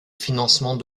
financement